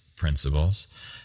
principles